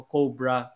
Cobra